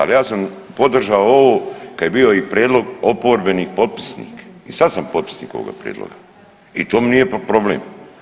Ali ja sam podržao ovo kad je bio i prijedlog oporbeni potpisnik i sad sam potpisnik ovoga prijedloga i to mi nije problem.